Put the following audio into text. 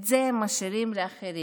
את זה הם משאירים לאחרים,